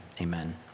amen